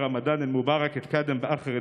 להלן תרגומם: לרגל חודש הרמדאן המבורך אני